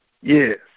Yes